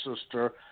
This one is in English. Sister